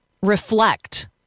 reflect